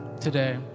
today